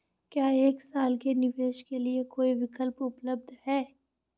क्या एक साल के निवेश के लिए कोई विकल्प उपलब्ध है?